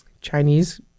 Chinese